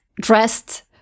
dressed